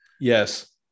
yes